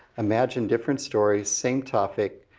imagine different stories, same topic,